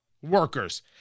Workers